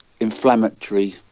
inflammatory